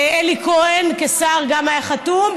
אלי כהן השר גם היה חתום.